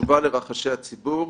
קשובה לרחשי הציבור,